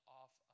off